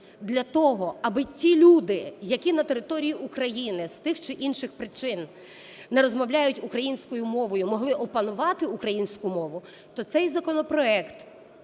для того, аби ті люди, які на території України з тих чи інших причин не розмовляють українською мовою, могли опанувати українську мову, то цей законопроект